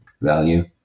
value